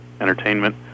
entertainment